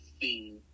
see